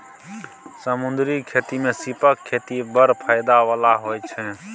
समुद्री खेती मे सीपक खेती बड़ फाएदा बला होइ छै